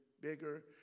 bigger